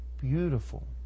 beautiful